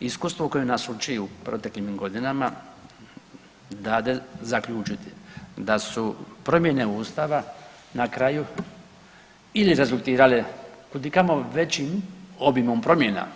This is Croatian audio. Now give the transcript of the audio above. Iskustvo koje nas uči u proteklim godinama dade zaključiti da su promjene Ustava na kraju ili rezultirale kudikamo većim obimom promjena